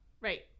right